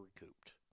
recouped